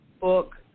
book